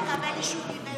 צריך לקבל אישור מבן גביר.